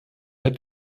hat